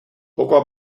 poco